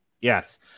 Yes